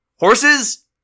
Horses